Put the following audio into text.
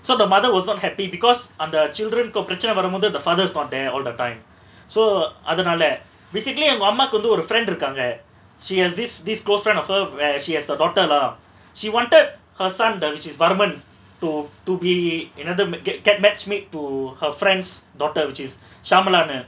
so the mother was not happy because அந்த:antha children கு பிரச்சின வரும்போது:ku pirachina varumpothu the father's not there all the time so அதனால:athanala basically எங்க அம்மாக்கு வந்து ஒரு:enga ammaku vanthu oru friend இருக்காங்க:irukanga she has this this girlfriend of her where she has the daughter lah she wanted her son that is varman to to be another ma~ ge~ get match made to her friend's daughter which is shamalaa னு:nu